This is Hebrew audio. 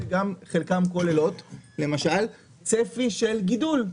חלקן כוללות למשל צפי של גידול.